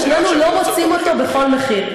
ושנינו לא רוצים אותו בכל מחיר.